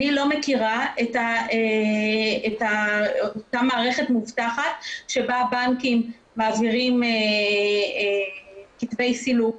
אני לא מכירה את אותה מערכת מוצלחת שבה הבנקים מעבירים כתבי סילוק